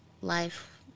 life